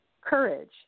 Courage